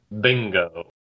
Bingo